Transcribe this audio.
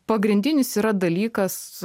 pagrindinis yra dalykas